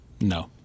No